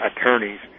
attorneys